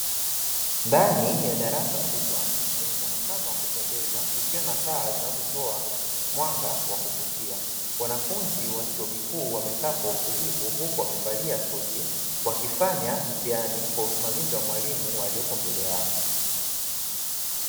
Ndani ya darasa kubwa lenye muonekano wa kupendeza ikiwa na taa zinazotoa mwanga wa kuvutia, wanafunzi wa chuo kikuu wamekaa kwa utulivu huku wamevalia suti wakifanya mtihani kwa usimamizi wa mwalimu aliyepo mbele yao.